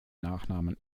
nachnamen